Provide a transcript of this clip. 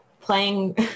playing